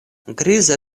griza